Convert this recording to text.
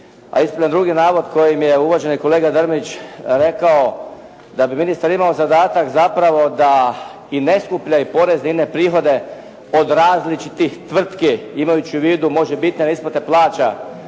a ispravljam drugi navod kojim je uvaženi kolega Drmić rekao da bi ministar imao zadatak zapravo da i ne skuplja prihode od različitih tvrtki, imajući u vidu možebitne isplate plaća,